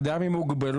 אדם עם מוגבלות,